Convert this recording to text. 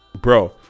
Bro